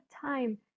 time